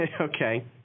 Okay